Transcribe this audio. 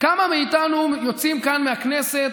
כמה מאיתנו יוצאים כאן מהכנסת,